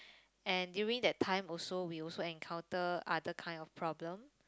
and during that time also we also encounter other kind of problem